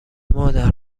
مادر